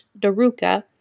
Daruka